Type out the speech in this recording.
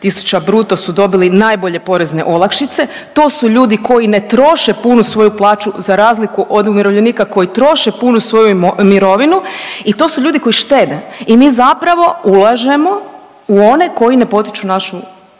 30.000 bruto su dobili najbolje porezne olakšice, to su ljudi koji ne troše punu svoju plaću za razliku od umirovljenika koji troše punu svoju mirovinu i to su ljudi koji štede. I mi zapravo ulažemo u one koji ne potiču našu,